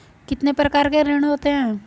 कितने प्रकार के ऋण होते हैं?